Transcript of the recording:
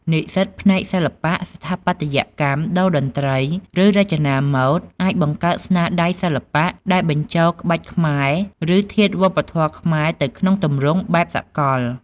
និស្សិតផ្នែកសិល្បៈ ស្ថាបត្យកម្ម តូរ្យតន្ត្រី ឬរចនាម៉ូដ អាចបង្កើត ស្នាដៃសិល្បៈ ដែលបញ្ចូលក្បាច់ខ្មែរ ឬធាតុវប្បធម៌ខ្មែរទៅក្នុងទម្រង់បែបសកល។